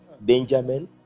Benjamin